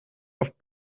auf